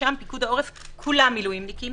שם פיקוד העורף כולם מילואימניקים.